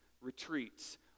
retreats